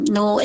No